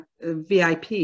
VIP